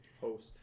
Host